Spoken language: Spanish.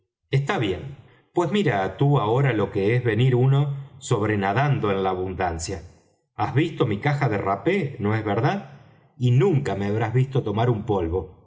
está bien pues mira tú ahora lo que es venir uno sobrenadando en la abundancia has visto mi caja de rapé no es verdad y nunca me habrás visto tomar un polvo